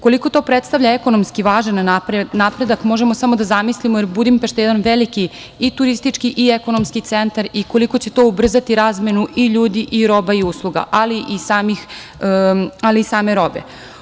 Koliko to predstavlja ekonomski važan napredak, možemo samo da zamislimo, jer Budimpešta je jedan veliki i turistički i ekonomski centar i koliko će to ubrzati razmenu i ljudi i roba i usluga, ali i same robe.